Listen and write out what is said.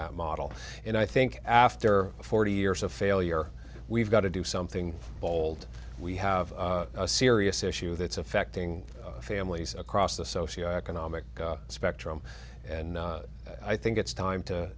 that model and i think after forty years of failure we've got to do something bold we have a serious issue that's affecting families across the socioeconomic spectrum and i think it's time to